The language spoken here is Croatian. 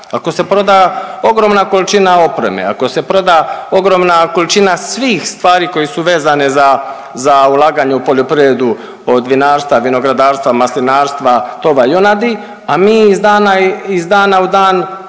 ako se proda ogromna količina opreme, ako se proda ogromna količina svih stvari koje su vezane za, za ulaganje u poljoprivredu od vinarstva, vinogradarstva, maslinarstva, tova junadi, a mi iz dana u dan